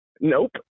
Nope